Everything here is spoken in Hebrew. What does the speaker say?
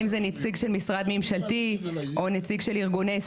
האם זה נציג של משרד ממשלתי או נציג של ארגוני סביבה.